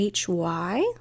HY